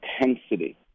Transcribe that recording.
intensity